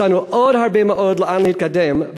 יש לנו עוד הרבה מאוד לאן להתקדם,